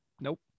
Nope